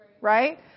right